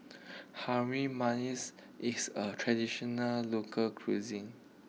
Harum Manis is a traditional local cuisine